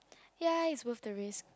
ya it's worth the risk